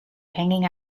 hanging